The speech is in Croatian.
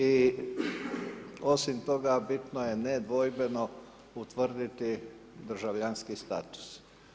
I osim toga bitno je nedvojbeno utvrditi državljanski status.